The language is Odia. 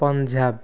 ପଞ୍ଜାବ